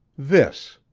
this.